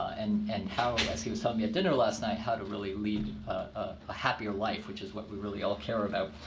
and and how as he was telling ah me at dinner last night how to really lead a happier life. which is what we really all care about.